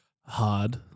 Hard